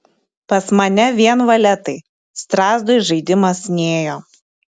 pas mane vien valetai strazdui žaidimas nėjo